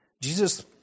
Jesus